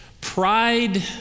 pride